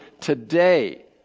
today